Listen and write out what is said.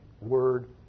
word